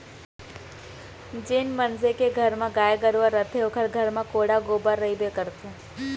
जेन मनसे के घर म गाय गरूवा रथे ओकर घर म कोंढ़ा बरोबर रइबे करथे